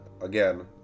Again